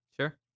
sure